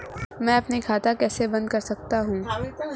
मैं अपना बैंक खाता कैसे बंद कर सकता हूँ?